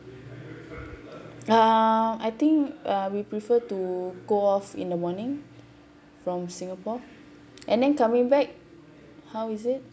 uh I think uh we prefer to go off in the morning from singapore and then coming back how is it